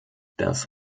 das